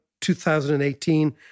2018